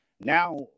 now